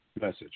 message